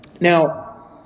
Now